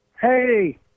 Hey